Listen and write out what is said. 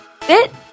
FIT